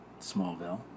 Smallville